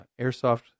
airsoft